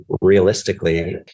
realistically